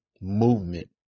movement